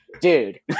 dude